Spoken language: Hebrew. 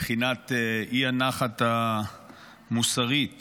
מבחינת האי-נחת המוסרית